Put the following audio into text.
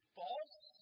false